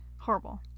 Horrible